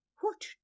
What